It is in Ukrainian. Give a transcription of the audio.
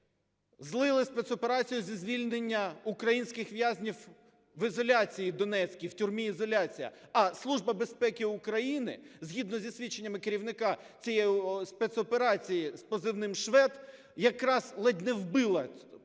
Злили спецоперацію зі звільнення українських в'язнів в ізоляції донецькій, в тюрмі "Ізоляція". А Служба безпеки України згідно зі свідченнями керівника цієї спецоперації з позивним "Швед" якраз ледь не вбила